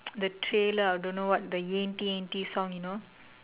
the trailer I don't know what the yenti yenti song you know